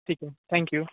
ठीक आहे थँक्यू